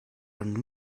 are